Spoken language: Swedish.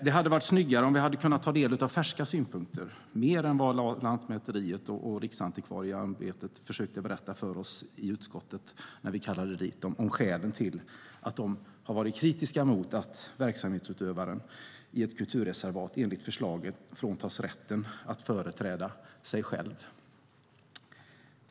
Det hade varit snyggare om vi kunnat ta del av färska synpunkter, mer än vad representanterna för Lantmäteriet och Riksantikvarieämbetet försökte berätta för oss i utskottet när vi kallade dit dem, om skälen till att de är kritiska mot att verksamhetsutövaren i ett kulturreservat enligt förslaget fråntas rätten att företräda sig själv.